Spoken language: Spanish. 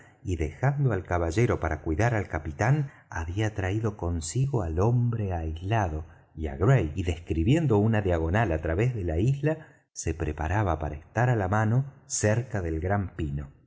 y dejando al caballero para cuidar al capitán había traído consigo al hombre aislado y á gray y describiendo una diagonal á través de la isla se preparaba para estar á la mano cerca del gran pino